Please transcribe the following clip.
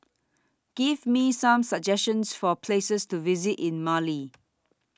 Give Me Some suggestions For Places to visit in Male